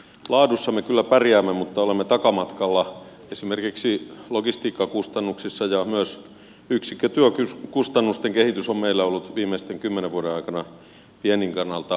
laadussa me kyllä pärjäämme mutta olemme takamatkalla esimerkiksi logistiikkakustannuksissa ja myös yksikkötyökustannusten kehitys on meillä ollut viimeisten kymmenen vuoden aikana viennin kannalta epäedullinen